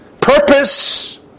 purpose